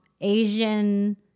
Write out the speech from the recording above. Asian